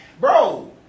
Bro